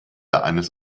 eines